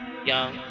Young